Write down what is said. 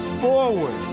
forward